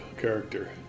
character